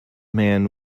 man